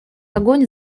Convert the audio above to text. огонь